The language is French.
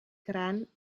crânes